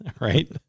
Right